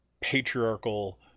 patriarchal